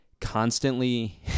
constantly